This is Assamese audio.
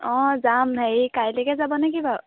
অঁ যাম হেৰি কাইলৈকে যাব নেকি বাৰু